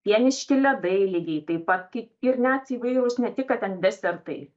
pieniški ledai lygiai taip pat ki ir net įvairūs ne tik kad ten desertai